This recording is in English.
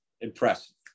Impressive